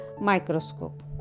microscope